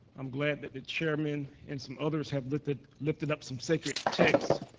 i'm glad that the chairman and some others have lifted lifted up some sacred text.